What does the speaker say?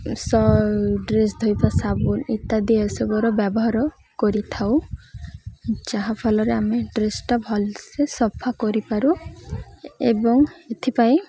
ସ ଡ୍ରେସ୍ ଧୋଇବା ସାବୁନ୍ ଇତ୍ୟାଦି ଏସବୁର ବ୍ୟବହାର କରିଥାଉ ଯାହାଫଲରେ ଆମେ ଡ୍ରେସ୍ଟା ଭଲ୍ସେ ସଫା କରିପାରୁ ଏବଂ ଏଥିପାଇଁ